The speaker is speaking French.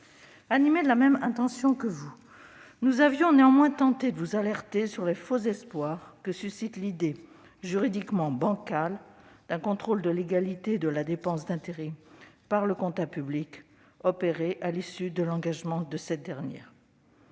Animés de la même intention que vous, nous avions néanmoins tenté de vous alerter sur les faux espoirs que suscite l'idée, juridiquement bancale, d'un contrôle de légalité de la dépense d'intérim par le comptable public opéré à l'issue de l'engagement de cette dernière.